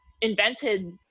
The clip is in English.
invented